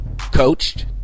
Coached